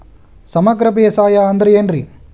ಸಮಗ್ರ ಬೇಸಾಯ ಅಂದ್ರ ಏನ್ ರೇ?